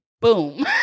Boom